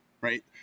right